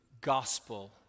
gospel